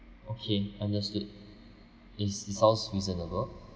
okay understood this is sounds reasonable